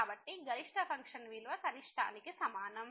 కాబట్టి గరిష్ట ఫంక్షన్ విలువ కనిష్టానికి సమానం